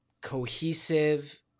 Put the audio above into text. cohesive